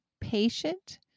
patient